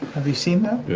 have you seen that?